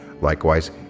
Likewise